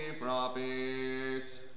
prophets